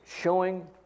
showing